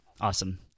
Awesome